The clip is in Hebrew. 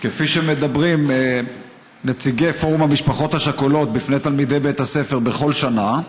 כפי שמדברים נציגי פורום המשפחות השכולות בפני תלמידי בית הספר בכל שנה,